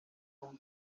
own